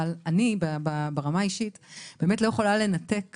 אבל אני ברמה האישית לא יכולה לנתק